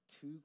two